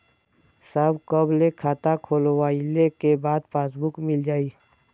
साहब कब ले खाता खोलवाइले के बाद पासबुक मिल जाई?